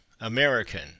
American